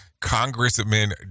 Congressman